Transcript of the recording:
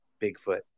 Bigfoot